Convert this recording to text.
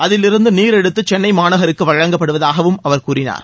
அதிலிருந்து நீர் எடுத்து சென்னை மாநகருக்கு வழங்கப்படுவதாகவும் அவர் கூறினார்